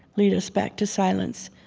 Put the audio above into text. lead us back to silence.